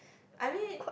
I mean